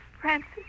Francis